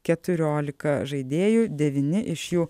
keturiolika žaidėjų devyni iš jų